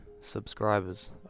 subscribers